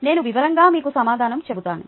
నేను వివరంగా మీకు సమాధానం చెబుతాను